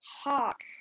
Hawk